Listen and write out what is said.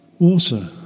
Water